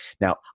Now